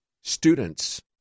students